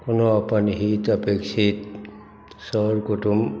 कोनो अपन हित अपेक्षित सर कुटुम्ब